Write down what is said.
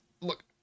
look